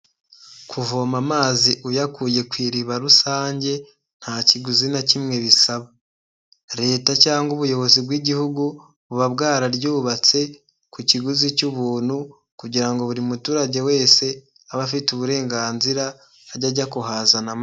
Kuvoma amazi uyakuye ku iriba rusange nta kiguzi na kimwe bisaba leta cyangwa ubuyobozi bw'igihugu buba bwararyubatse ku kiguzi cy'ubuntu kugira ngo buri muturage wese aba afite uburenganzira ajya ajya kuhazanamo.